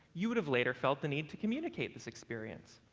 you would have later felt the need to communicate this experience,